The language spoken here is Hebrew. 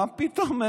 מה פתאום?